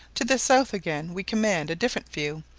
to the south again we command a different view,